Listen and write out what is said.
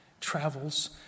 travels